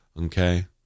Okay